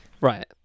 right